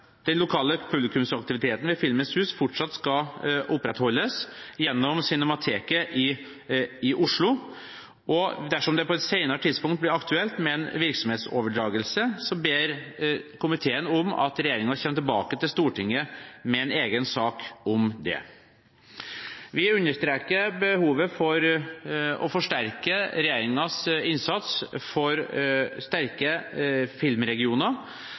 den lokale publikumsaktiviteten ved Filmens Hus fortsatt skal opprettholdes gjennom Cinemateket i Oslo, og dersom det på et senere tidspunkt blir aktuelt med en virksomhetsoverdragelse, ber komiteen om at regjeringen kommer tilbake til Stortinget med en egen sak om det. Vi understreker behovet for å forsterke regjeringens innsats for sterke filmregioner.